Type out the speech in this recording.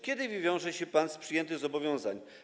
Kiedy wywiąże się pan z przyjętych zobowiązań?